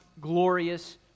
glorious